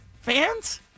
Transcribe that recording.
fans